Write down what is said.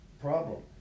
problem